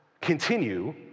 Continue